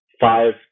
five